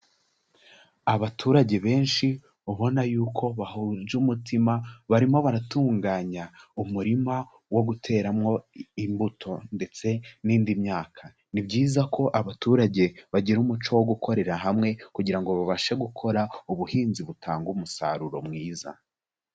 Abaturage benshi ubona yuko bahuje umutima barimo baratunganya umurima wo guteramo imbuto ndetse n'indi myaka, ni byiza ko abaturage bagira umuco wo gukorera hamwe kugira ngo babashe gukora ubuhinzi butanga umusaruro mwiza.